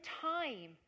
time